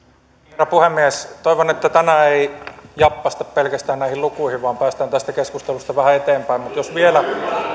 herra puhemies toivon että tänään ei jappaista pelkästään näihin lukuihin vaan päästään tästä keskustelusta vähän eteenpäin mutta jos vielä